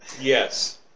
Yes